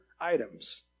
items